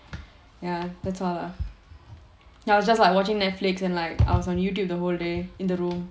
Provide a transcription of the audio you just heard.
ya that's all lah then I was just like watching Netflix and like I was on YouTube the whole day in the room